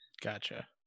Gotcha